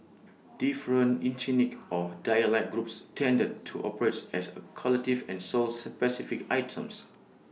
different ethnic or dialect groups tended to operates as A collective and sold specific items